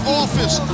office